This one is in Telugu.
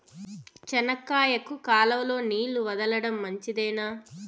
చెనక్కాయకు కాలువలో నీళ్లు వదలడం మంచిదేనా?